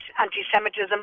anti-Semitism